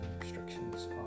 restrictions